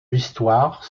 l’histoire